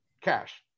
cash